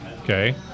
okay